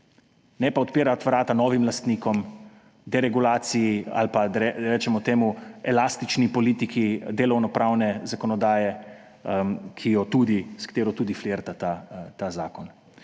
Ne pa odpirati vrat novim lastnikom, deregulaciji ali pa, da rečemo temu, elastični politiki delovnopravne zakonodaje, s katero tudi flirta ta zakon.